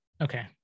Okay